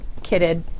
kitted